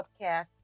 podcast